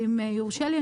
ואם יורשה לי,